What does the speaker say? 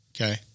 Okay